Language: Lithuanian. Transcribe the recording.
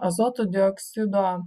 azoto dioksido